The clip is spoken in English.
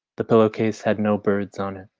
the pillow case had no birds on it.